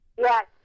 Yes